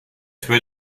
tuée